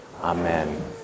Amen